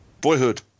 Boyhood